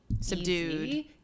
Subdued